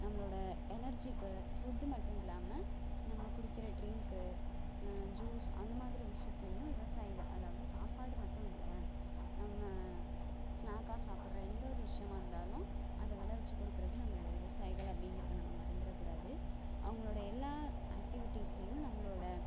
நம்மளோடய எனர்ஜிக்கு ஃபுட்டு மட்டும் இல்லாமல் நம்ம குடிக்கிற ட்ரிங்க்கு ஜூஸ் அந்த மாதிரி விஷயத்துலேயும் விவசாயிகள் அதாவது சாப்பாடு மட்டும் இல்லை நம்ம ஸ்நாக்காக சாப்பிடுற எந்த ஒரு விஷயமாக இருந்தாலும் அதை விளைவிச்சு கொடுக்குறது நம்மளோடய விவசாயிகள் அப்படிங்கிறத நம்ம மறந்துடக்கூடாது அவர்களோட எல்லா ஆக்டிவிட்டிஸ்லேயும் நம்மளோடய